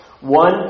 One